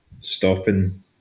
stopping